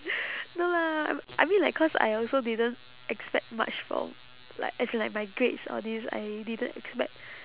no lah I I mean like cause I also didn't expect much from like as in like my grades all these I didn't expect